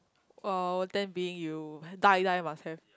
!wow! ten being you die die must have